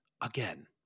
again